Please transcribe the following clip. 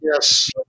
Yes